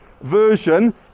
Version